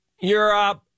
Europe